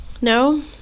No